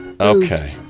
Okay